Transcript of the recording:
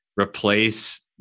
replace